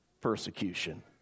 persecution